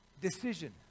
decision